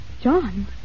John